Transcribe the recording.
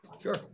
Sure